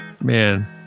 Man